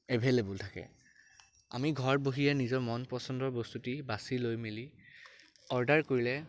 available থাকে আমি ঘৰত বহিয়ে নিজৰ মন পচণ্ডৰ বস্তুটি বাচি লৈ মেলি অৰ্ডাৰ কৰিলে